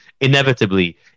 inevitably